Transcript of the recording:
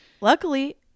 luckily